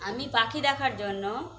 আমি পাখি দেখার জন্য